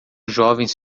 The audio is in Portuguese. jovens